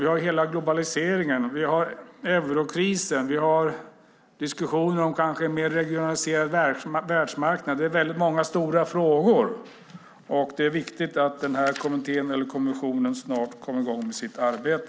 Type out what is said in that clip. Det är hela globaliseringen, euro-krisen och diskussioner om en mer regionaliserad världsmarknad. Det är många stora frågor. Det är viktigt att kommittén snart kommer i gång med sitt arbete.